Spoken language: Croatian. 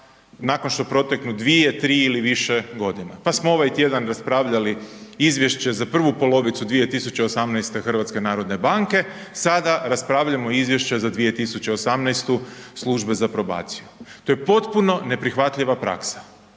nakon što proteknu 2, 3 ili više godina pa smo ovaj tjedan raspravljali izvješće za prvu polovicu 2018. HNB-a, sada raspravljamo izvješće za 2018. službe za probaciju. To je potpuno neprihvatljiva praksa